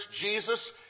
Jesus